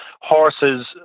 horses